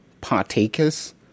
partakers